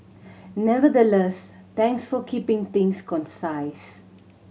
nevertheless thanks for keeping things concise